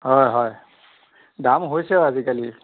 হয় হয় দাম হৈছে আৰু আজিকালি